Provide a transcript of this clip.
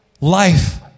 life